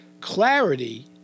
Clarity